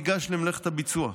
ניגש למלאכת הביצוע.